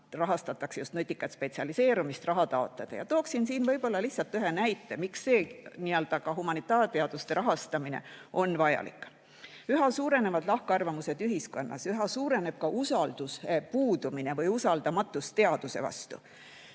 rahastatakse just nutikat spetsialiseerumist. Tooksin siin võib-olla lihtsalt ühe näite, miks ka humanitaarteaduste rahastamine on vajalik. Üha suurenevad lahkarvamused ühiskonnas, üha suureneb ka usalduse puudumine või usaldamatus teaduse vastu.